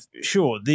sure